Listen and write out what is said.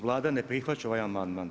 Vlada ne prihvaća ovaj amandman.